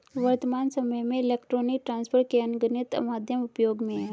वर्त्तमान सामय में इलेक्ट्रॉनिक ट्रांसफर के अनगिनत माध्यम उपयोग में हैं